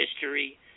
history